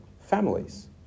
Families